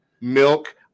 milk